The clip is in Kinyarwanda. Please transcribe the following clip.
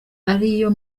ariyo